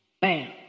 Bam